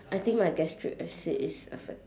I think my gastric acid is affect~